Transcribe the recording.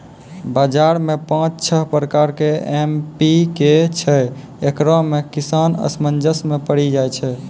बाजार मे पाँच छह प्रकार के एम.पी.के छैय, इकरो मे किसान असमंजस मे पड़ी जाय छैय?